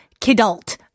kidult